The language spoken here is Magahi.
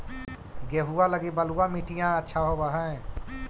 गेहुआ लगी बलुआ मिट्टियां अच्छा होव हैं?